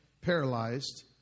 paralyzed